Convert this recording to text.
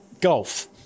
Golf